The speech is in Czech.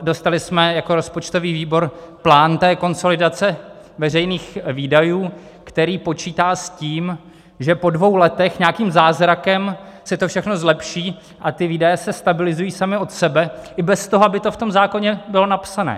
Dostali jsme jako rozpočtový výbor plán té konsolidace veřejných výdajů, který počítá s tím, že po dvou letech nějakým zázrakem se všechno zlepší a ty výdaje se stabilizují samy od sebe i bez toho, aby to v tom zákoně bylo napsané.